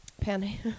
penny